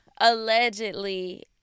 allegedly